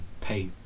pay